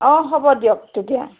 অ হ'ব দিয়ক তেতিয়া